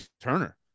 Turner